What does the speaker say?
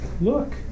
look